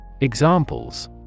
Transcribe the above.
Examples